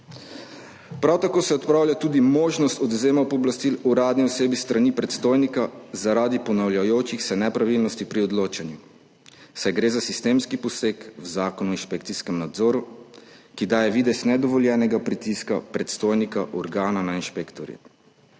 Prav tako se odpravlja tudi možnost odvzema pooblastil uradni osebi s strani predstojnika zaradi ponavljajočih se nepravilnosti pri odločanju, saj gre za sistemski poseg v Zakon o inšpekcijskem nadzoru, ki daje videz nedovoljenega pritiska predstojnika organa na inšpektorje.